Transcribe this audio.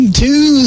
two